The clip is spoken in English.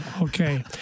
Okay